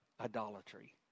idolatry